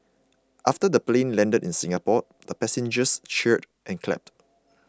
after the plane landed in Singapore the passengers cheered and clapped